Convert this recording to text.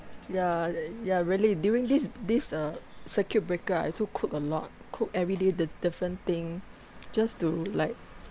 ya y~ ya really during this this uh circuit breaker I also cook a lot cook everyday the different thing just to like